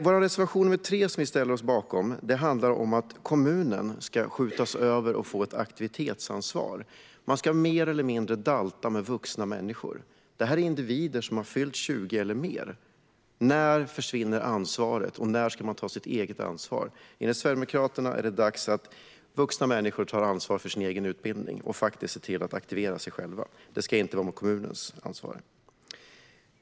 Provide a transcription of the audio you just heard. Vår reservation 3, som vi ställer oss bakom, handlar om att kommunen ska få ett aktivitetsansvar. Man ska mer eller mindre dalta med vuxna människor. Det här är individer som har fyllt 20 eller mer. När försvinner ansvaret, och när ska man ta sitt eget ansvar? Enligt Sverigedemokraterna är det dags att vuxna människor tar ansvar för sin egen utbildning och faktiskt ser till att aktivera sig själva. Det ska inte vara kommunens ansvar.